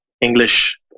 English